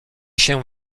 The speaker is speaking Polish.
się